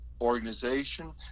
organization